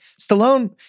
Stallone